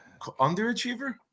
underachiever